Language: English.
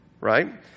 right